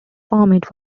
format